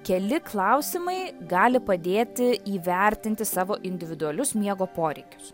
keli klausimai gali padėti įvertinti savo individualius miego poreikius